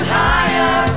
higher